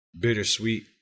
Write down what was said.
Bittersweet